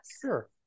sure